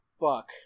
fuck